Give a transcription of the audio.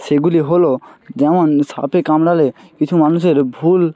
সেগুলি হলো যেমন সাপে কামড়ালে কিছু মানুষের ভুল